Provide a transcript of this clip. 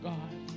God